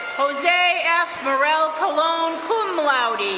jose f. morrell colon, cum laude.